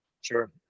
sure